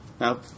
Now